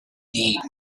need